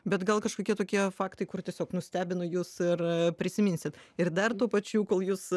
bet gal kažkokie tokie faktai kur tiesiog nustebino jus ir prisiminsit ir dar tuo pačių kol jūs